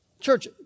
Church